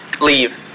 leave